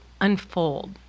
unfold